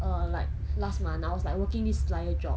err like last month I was like working this flyer job